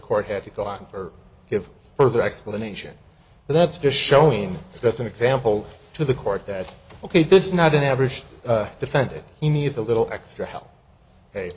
court had to go on or give further explanation but that's just showing us an example to the court that ok this is not an average defended he needs a little extra he